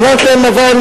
אמרתי להם: אבל